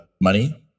money